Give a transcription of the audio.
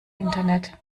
internet